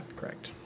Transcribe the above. correct